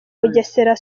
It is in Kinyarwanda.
bugesera